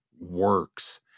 works